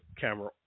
camera